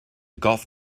golf